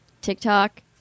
TikTok